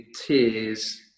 tears